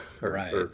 right